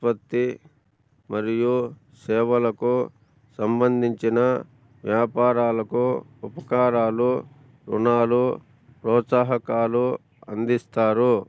ఉత్పత్తి మరియు సేవలకు సంబంధించిన వ్యాపారాలకు ఉపకారాలు రుణాలు ప్రోత్సాహకాలు అందిస్తారు